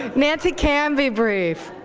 nancy can be brief.